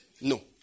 No